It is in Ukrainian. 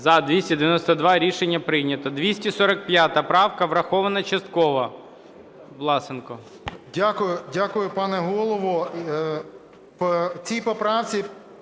За-292 Рішення прийнято. 245 правка, врахована частково. Власенко.